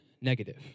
negative